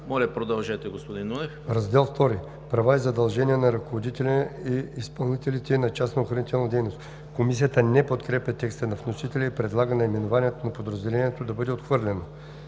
ДОКЛАДЧИК ПЛАМЕН НУНЕВ: „Раздел II – Права и задължения на ръководителя и изпълнителите на частна охранителна дейност“. Комисията не подкрепя текста на вносителя и предлага наименованието на подразделението да бъде отхвърлено.